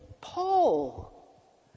Paul